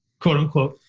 quote unquote.